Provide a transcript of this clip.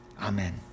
Amen